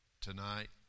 tonight